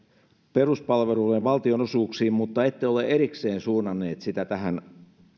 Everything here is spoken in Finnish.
peruspalvelujen valtionosuuksiin mutta ette ole erikseen suunnanneet sitä tähän